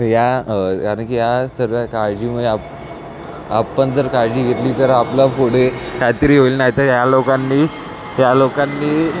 या कारण की या सर्व्या काळजीमुळे आपण जर काळजी घेतली तर आपला पुढे कायतरी हुईल नाहीतर ह्या लोकांनी या लोकांनी